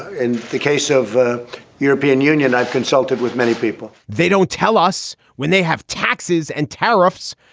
in the case of the european union, i've consulted with many people they don't tell us when they have taxes and tariffs.